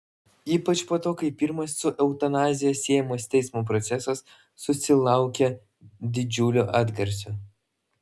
ypač po to kai pirmas su eutanazija siejamas teismo procesas susilaukė didžiulio atgarsio